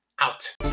out